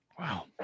Wow